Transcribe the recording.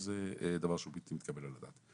שזה דבר שהוא בלתי מתקבל על הדעת.